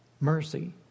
mercy